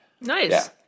Nice